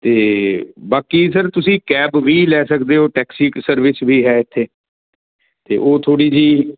ਅਤੇ ਬਾਕੀ ਸਰ ਤੁਸੀਂ ਕੈਬ ਵੀ ਲੈ ਸਕਦੇ ਹੋ ਟੈਕਸੀ ਇੱਕ ਸਰਵਿਸ ਵੀ ਹੈ ਇੱਥੇ ਅਤੇ ਉਹ ਥੋੜ੍ਹੀ ਜਿਹੀ